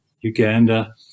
Uganda